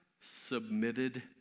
submitted